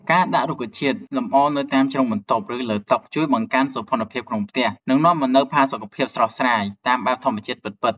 ការដាក់រុក្ខជាតិលម្អនៅតាមជ្រុងបន្ទប់ឬលើតុជួយបង្កើនសោភ័ណភាពក្នុងផ្ទះ និង នាំមកនូវផាសុកភាពស្រស់ស្រាយតាមបែបធម្មជាតិពិតៗ។